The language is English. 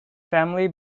family